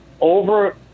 over